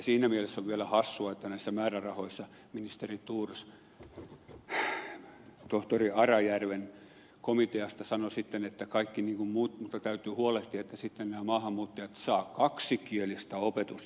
siinä mielessä on vielä hassua että näistä määrärahoista ministeri thors tohtori arajärven komiteasta sanoi sitten että kaikki muu mutta täytyy huolehtia että maahanmuuttajat saavat kaksikielistä opetusta